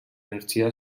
energia